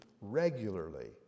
regularly